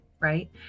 Right